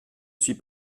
suis